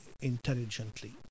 intelligently